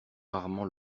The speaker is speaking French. rarement